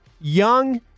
Young